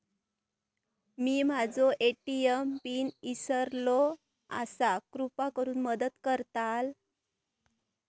मी माझो ATM PIN इसरलो आसा कृपा करुन मदत करताल